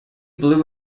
blue